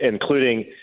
including